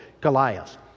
Goliath